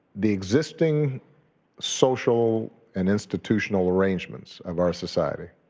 the existing social and institutional arrangements of our society